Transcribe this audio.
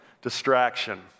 distraction